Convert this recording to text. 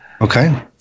Okay